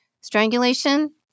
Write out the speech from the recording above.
Strangulation